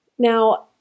Now